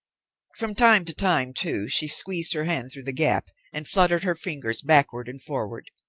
from time to time, too, she squeezed her hand through the gap and fluttered her fingers backward and forward.